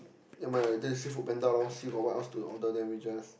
ya mind lah later we see Foodpanda lor see got what else to order then we just